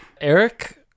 Eric